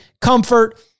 comfort